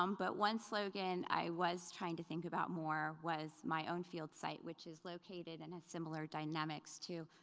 um but one slogan i was trying to think about more was my own field site, which is located in a similar dynamics to,